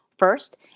First